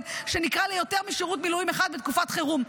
שנקרא ליותר משירות מילואים אחד בתקופת חירום,